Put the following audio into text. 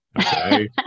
okay